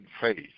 faith